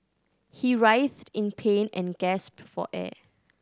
he writhed in pain and gasped for air